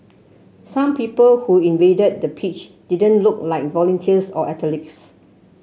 some people who invaded the pitch didn't look like volunteers or athletes